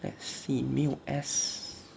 let's see 没有 s